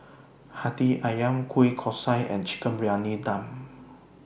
Hati Ayam Kueh Kosui and Chicken Briyani Dum